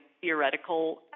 theoretical